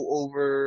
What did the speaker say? over